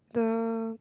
the